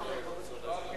מה פתאום?